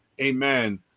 amen